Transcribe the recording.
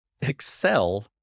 excel